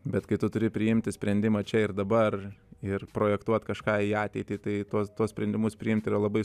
bet kai tu turi priimti sprendimą čia ir dabar ir projektuot kažką į ateitį tai tuo tuos sprendimus priimti yra labai